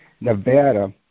Nevada